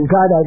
God